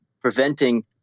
preventing